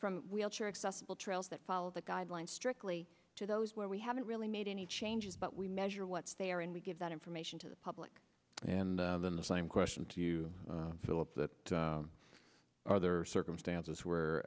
from wheelchair accessible trails that follow the guidelines strictly to those where we haven't really made any changes but we measure what's there and we give that information to the public and then the same question to you philip that there are circumstances where